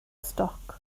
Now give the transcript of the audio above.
stoc